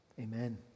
amen